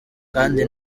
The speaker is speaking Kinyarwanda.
kandi